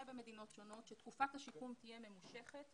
במדינות שונות שתקופת השיקום תהיה ממושכת,